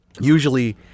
usually